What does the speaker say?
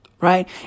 Right